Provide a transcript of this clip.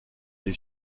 des